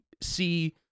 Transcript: see